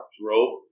drove